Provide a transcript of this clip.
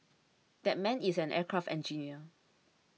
that man is an aircraft engineer